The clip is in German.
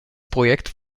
projekt